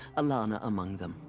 alana among them.